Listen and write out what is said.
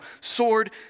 Sword